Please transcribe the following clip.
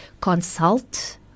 consult